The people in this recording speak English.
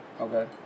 Okay